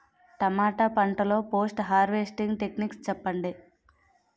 టమాటా పంట లొ post harvesting techniques చెప్పండి?